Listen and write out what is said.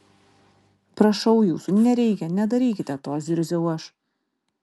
prašau jūsų nereikia nedarykite to zirziau aš